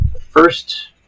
first